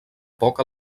poc